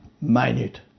Minute